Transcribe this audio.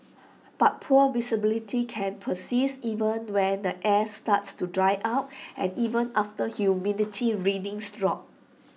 but poor visibility can persist even when the air starts to dry out and even after humidity readings drop